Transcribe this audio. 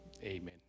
Amen